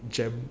gem